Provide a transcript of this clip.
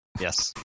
Yes